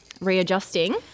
readjusting